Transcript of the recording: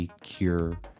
cure